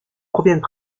proviennent